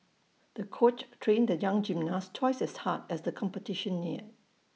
the coach trained the young gymnast twice as hard as the competition neared